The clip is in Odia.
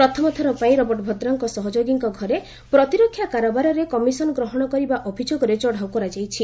ପ୍ରଥମ ଥର ପାଇଁ ରବର୍ଟ ଭଦ୍ରାଙ୍କ ସହଯୋଗୀଙ୍କ ଘରେ ପ୍ରତିରକ୍ଷା କାରବାରରେ କମିଶନ ଗ୍ରହଣ କରିବା ଅଭିଯୋଗରେ ଚଢ଼ଉ କରାଯାଇଛି